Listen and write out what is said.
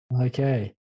Okay